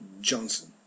Johnson